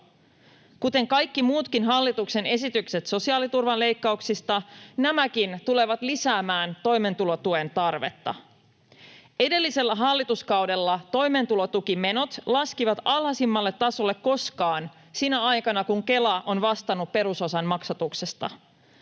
Kuten kaikki muutkin hallituksen esitykset sosiaaliturvan leikkauksista, nämäkin tulevat lisäämään toimeentulotuen tarvetta. Edellisellä hallituskaudella toimeentulotukimenot laskivat alhaisimmalle tasolle koskaan sinä aikana, kun Kela on vastannut perusosan maksatuksesta.